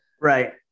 Right